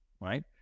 right